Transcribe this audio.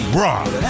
rock